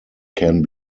can